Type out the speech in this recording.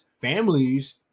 families